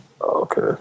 Okay